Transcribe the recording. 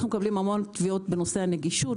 אנחנו מקבלים המון תביעות בנושא נגישות.